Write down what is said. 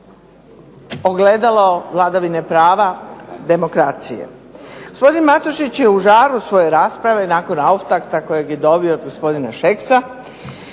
ogledalo vladavine prava demokracije. Gospodin Matošić je u žaru svoje rasprave nakon … kojeg je dobio od gospodina Šeksa